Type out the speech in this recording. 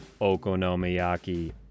Okonomiyaki